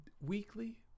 Weekly